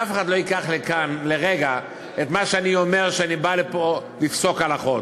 שאף אחד לא ייקח כאן לרגע את מה שאני אומר כשאני בא לפה לפסוק הלכות.